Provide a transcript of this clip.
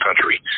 country